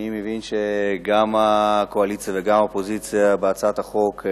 אני מבין שגם בקואליציה וגם באופוזיציה תומכים בהצעת החוק.